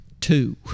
two